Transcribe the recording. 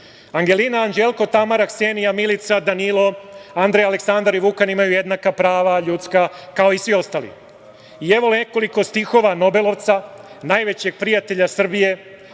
Angelina, Anđelko, Tamara, Ksenija, Milica, Danilo, Andrej, Aleksandar i Vukan imaju jednaka ljudska prava kao i svi ostali. Evo nekoliko stihova nobelovca, najvećeg prijatelja Srbije,